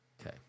Okay